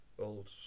old